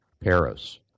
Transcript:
Paris